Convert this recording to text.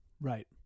Right